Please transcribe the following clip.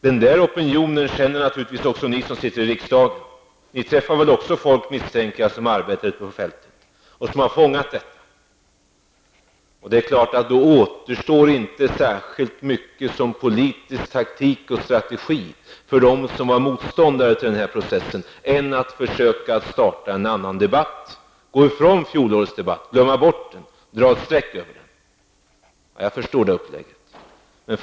Den där opinionen känner naturligtvis även ni som sitter i riksdagen. Jag misstänker att ni också träffar folk som arbetar ute på fältet. Då återstår inte särskilt mycket annat som politisk taktik och strategi för dem som var motståndare till den här processen än att försöka starta en annan debatt, glömma bort fjolårets debatt, dra ett streck över den. Jag förstår den uppläggningen.